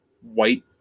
white